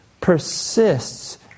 persists